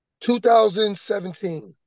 2017